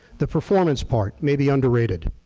the performance part, maybe underrated.